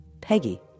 Peggy